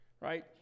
right